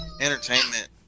entertainment